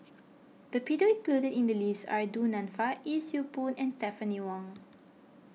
the people included in the list are Du Nanfa Yee Siew Pun and Stephanie Wong